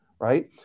right